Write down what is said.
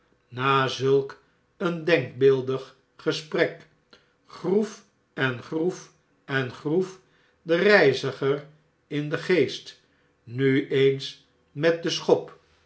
na zulk een denkbeeldig gesprek groef en groef en groef de reiziger in den geest nu eens met de schop